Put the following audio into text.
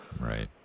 Right